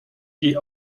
die